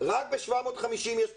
רק ב-750 יש בחינות,